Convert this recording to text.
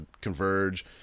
Converge